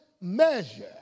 measure